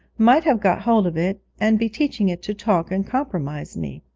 might have got hold of it and be teaching it to talk and compromise me.